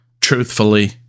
truthfully